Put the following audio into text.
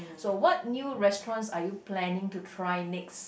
so what new restaurants are you planning to try next